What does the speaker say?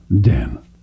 Dan